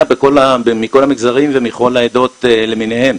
מכל המגזרים ומכל העדות למיניהן,